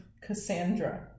Cassandra